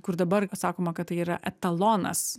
kur dabar sakoma kad tai yra etalonas